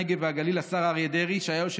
הנגב והגליל השר אריה דרעי,